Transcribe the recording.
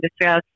discuss